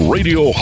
Radio